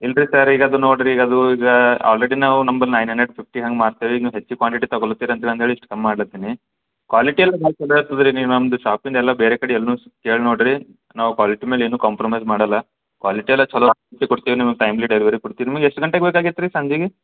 ಇಲ್ಲ ರಿ ಸರ್ ಈಗ ಅದು ನೋಡಿರಿ ಅದು ಈಗ ಆಲ್ರೆಡಿ ನಾವು ನಂಬಲ್ಲಿ ನೈನ್ ಹಂಡ್ರೆಡ್ ಫಿಫ್ಟಿ ಹಂಗೆ ಮಾರ್ತೇವೆ ಈಗ ನೀವು ಹೆಚ್ಚು ಕ್ವಾಂಟಿಟಿ ತೊಗೊಳತ್ತಿರ್ ಅಂತಂದೇಳಿ ಇಷ್ಟು ಕಮ್ಮಿ ಮಾಡ್ಲತ್ತೀನಿ ಕ್ವಾಲಿಟಿ ಎಲ್ಲ ಭಾಳ ಚಲೋ ಇರ್ತದೆ ರೀ ನೀವು ನಮ್ದು ಶಾಪಿಂದು ಎಲ್ಲ ಬೇರೆ ಕಡೆ ಎಲ್ಲೂ ಕೇಳಿ ನೋಡಿರಿ ನಾವು ಕ್ವಾಲಿಟಿ ಮೇಲೆ ಏನು ಕಾಂಪ್ರಮೈಸ್ ಮಾಡೋಲ್ಲ ಕ್ವಾಲಿಟಿ ಎಲ್ಲ ಚಲೋ ಕೊಡ್ತಿವಿ ನಿಮಿಗೆ ಟೈಮ್ಲಿ ಡೆಲಿವರಿ ಕೊಡ್ತೀವಿ ನಿಮಗೆ ಎಷ್ಟು ಗಂಟೆಗೆ ಬೇಕಾಗಿತ್ತು ರೀ ಸಂಜಿಗೆ